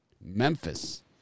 Memphis